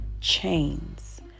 chains